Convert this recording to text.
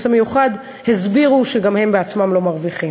המיוחד הסבירו שגם הם בעצמם לא מרוויחים.